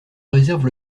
réserve